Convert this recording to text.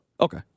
Okay